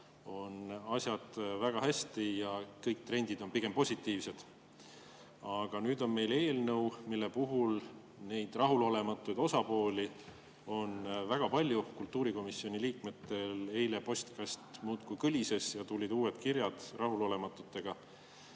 on asjad väga hästi ja kõik trendid on pigem positiivsed. Aga nüüd on meil eelnõu, mille puhul rahulolematuid osapooli on väga palju. Kultuurikomisjoni liikmetel eile postkast muudkui kõlises, tulid uued rahulolematute